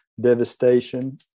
devastation